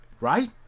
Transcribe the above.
Right